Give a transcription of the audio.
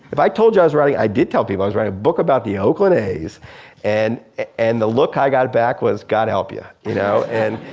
if i told you i was writing, i did tell people i was writing a book about the oakland a's and and the look i got back was god help ya. you know and,